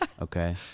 Okay